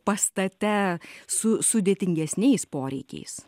pastate su sudėtingesniais poreikiais